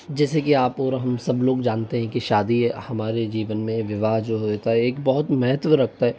जैसे कि आप पूरा हम सब लोग जानते हैं कि शादी हमारे जीवन में विवाह जो है उसका एक बहुत महत्व रखता है